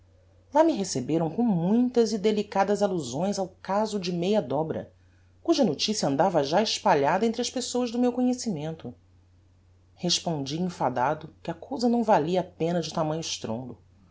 lá me receberam com muitas e delicadas allusões ao caso de meia dobra cuja noticia andava já espalhada entre as pessoas do meu conhecimento respondi enfadado que a cousa não valia a pena de tamanho estrondo